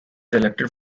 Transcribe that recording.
elected